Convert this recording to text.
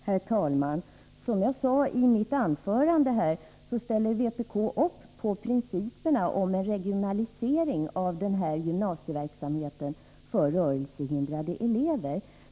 Herr talman! Som jag sade i mitt anförande ställer vpk upp på principerna om en regionalisering av gymnasieverksamheten för rörelsehindrade elever.